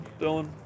Dylan